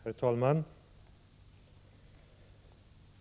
Herr talman!